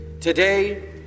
Today